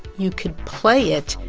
you could play it.